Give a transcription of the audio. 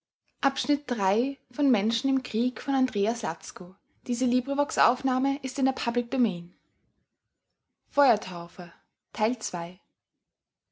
im krieg by